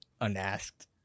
unasked